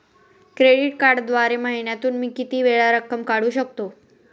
Credit कार्डद्वारे महिन्यातून मी किती वेळा रक्कम काढू शकतो?